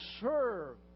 serve